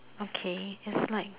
okay just right